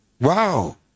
wow